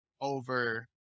over